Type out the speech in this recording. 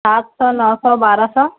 سات سو نو سو بارہ سو